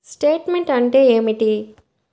Statement అంటే ఏమిటి?